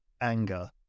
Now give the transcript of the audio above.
anger